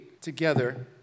together